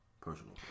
Personal